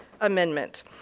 Amendment